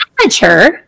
amateur